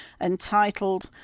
entitled